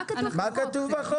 מה כתוב בחוק.